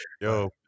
Yo